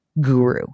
guru